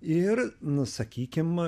ir na sakykim